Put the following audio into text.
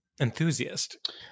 enthusiast